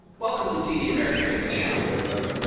welcome to td ameritrade's channel. hey there, buddy.